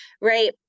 right